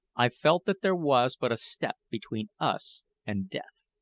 i felt that there was but a step between us and death.